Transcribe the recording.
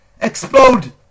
explode